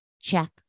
check